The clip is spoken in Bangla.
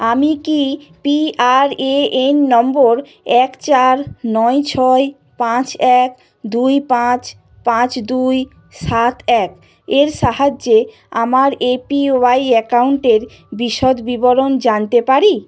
আমি কি পিআরএএন নম্বর এক চার নয় ছয় পাঁচ এক দুই পাঁচ পাঁচ দুই সাত এক এর সাহায্যে আমার এপিওয়াই অ্যাকাউন্টের বিশদ বিবরণ জানতে পারি